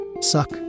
Suck